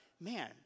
man